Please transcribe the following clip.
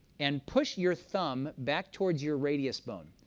and push your thumb back towards your radius bone.